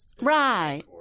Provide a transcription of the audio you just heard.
right